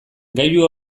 gailu